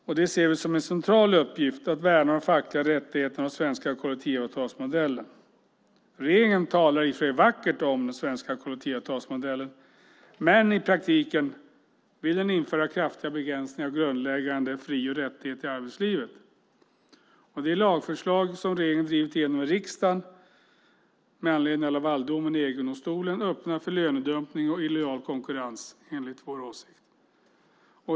Vi ser som en central uppgift att värna de fackliga rättigheterna och den svenska kollektivavtalsmodellen. Regeringen talar i och för sig vackert om den svenska kollektivavtalsmodellen, men i praktiken vill den införa kraftiga begränsningar av grundläggande fri och rättigheter i arbetslivet. Det lagförslag som regeringen har drivit igenom i riksdagen med anledning av Lavaldomen i EG-domstolen öppnar för lönedumpning och illojal konkurrens enligt vår åsikt.